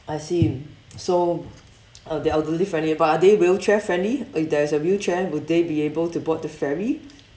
I see so uh they're elderly friendly but are they wheelchair friendly if there's a wheelchair will they be able to board the ferry